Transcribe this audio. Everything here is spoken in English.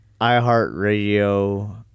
iHeartRadio